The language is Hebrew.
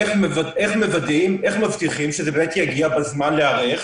איך מבטיחים שזה באמת יגיע בזמן, להיערך